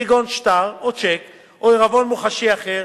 כגון שטר או צ'ק או עירבון מוחשי אחר,